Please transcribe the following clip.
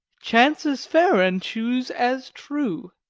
chance as fair and choose as true!